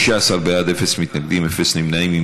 16 בעד, אפס מתנגדים, אפס נמנעים.